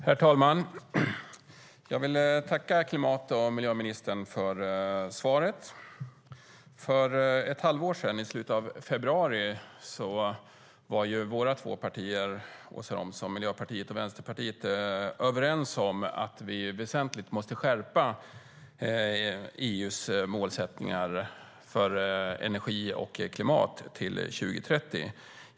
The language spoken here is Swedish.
Herr talman! Jag tackar klimat och miljöministern för svaret. För ett halvår sedan, i slutet av februari, var våra två partier, Miljöpartiet och Vänsterpartiet, överens om att vi väsentligt måste skärpa EU:s målsättningar för energi och klimat till 2030.